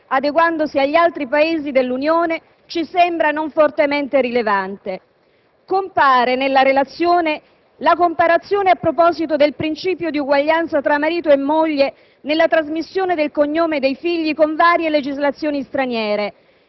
adeguandosi agli altri Paesi dell'Unione, ci sembra non fortemente rilevante. Compare nella relazione la comparazione, a proposito del principio di uguaglianza tra marito e moglie nella trasmissione del cognome dei figli, con varie legislazioni straniere,